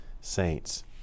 saints